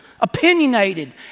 opinionated